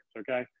okay